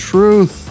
Truth